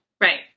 Right